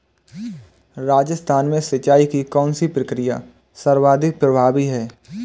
राजस्थान में सिंचाई की कौनसी प्रक्रिया सर्वाधिक प्रभावी है?